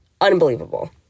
Unbelievable